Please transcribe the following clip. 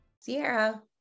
Sierra